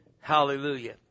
Hallelujah